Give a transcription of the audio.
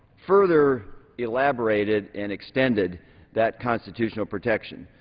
further elaborated and extended that constitutional protection.